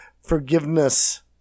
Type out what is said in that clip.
forgiveness